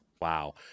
Wow